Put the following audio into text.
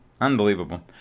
Unbelievable